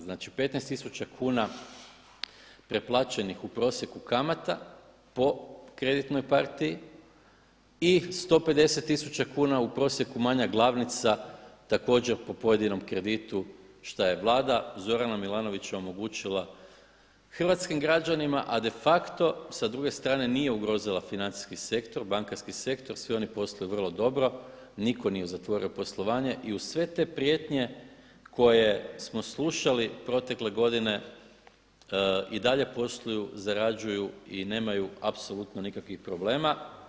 Znači 15 tisuća kuna preplaćenih u prosjeku kamata po kreditnoj partiji i 150 tisuća kuna u prosjeku manja glavnica također po pojedinom kreditu šta je Vlada Zorana Milanovića omogućila hrvatskim građanima a de facto s druge strane nije ugrozila financijski sektor, bankarski sektor, svi oni posluju vrlo dobro, nitko nije zatvorio poslovanje i uz sve te prijetnje koje smo slušali protekle godine i dalje posluju, zarađuju i nemaju apsolutno nikakvih problema.